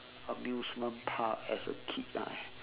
amusement park as a kid ah